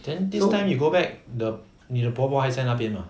then this time you go back the 你的伯伯还在那边 mah